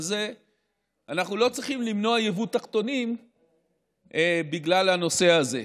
אז אנחנו לא צריכים למנוע יבוא תחתונים בגלל הנושא הזה.